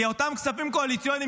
כי אותם כספים קואליציוניים,